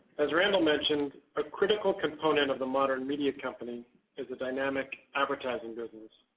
as randall mentioned, a critical component of the modern media company is a dynamic advertising business,